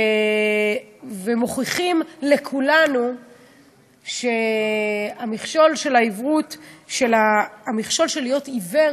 ומוכיחים לכולנו שהמכשול של להיות עיוור